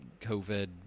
covid